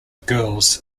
girls